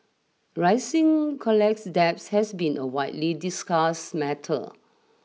rising college debts has been a widely discussed matter